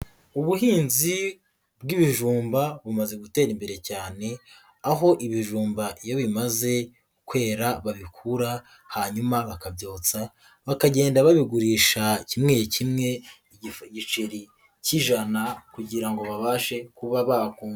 Ubuhinzi bw'ibijumba bumaze gutera imbere cyane, aho ibijumba iyo bimaze kwera babikura hanyuma bakabyotsa, bakagenda babigurisha kimwe kimwe igiceri cy'ijana, kugira ngo babashe kuba bakunguka.